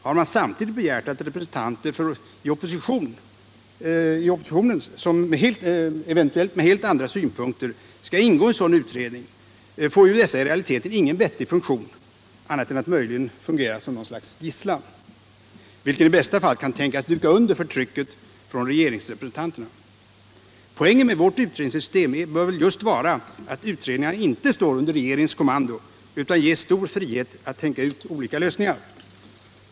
Har man samtidigt begärt att representanter för partier i opposition, eventuellt med helt andra synpunkter, skall ingå i en sådan utredning får ju dessa i realiteten ingen vettig funktion, annat än möjligen som något slags gisslan, vilken i bästa fall kan tänkas duka under för trycket från regeringsrepresentanterna. Poängen med vårt utredningssystem bör väl just vara att utredningarna inte står under regeringens kommando utan ges stor frihet att tänka ut olika lösningar.